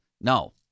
No